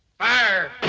fire!